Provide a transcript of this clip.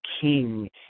King